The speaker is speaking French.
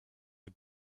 est